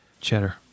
Cheddar